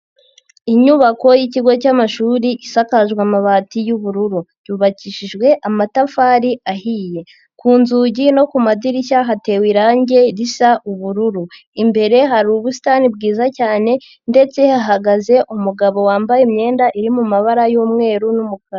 Inyubako yikigo cyamashuri isakaje amabati y'ubururu, yubakishijwe amatafari ahiye, ku nzugi no ku madirishya hatewe irangi risa ubururu, imbere hari ubusitani bwiza cyane ndetse hahagaze umugabo wambaye imyenda iri mu mabara y'umweru n'umukara.